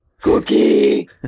Cookie